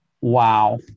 wow